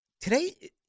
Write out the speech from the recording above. Today